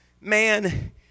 man